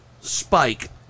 spike